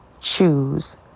choose